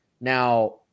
Now